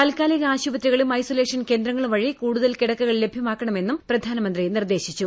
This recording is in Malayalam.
താൽക്കാലിക ആശുപത്രികളും ഐസൊലേഷൻ കേന്ദ്രങ്ങളും വഴി കൂടുതൽ കിടക്കകൾ ലഭ്യമാക്കണമെന്നും പ്രധാനമന്ത്രി നിർദ്ദേശിച്ചു